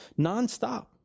nonstop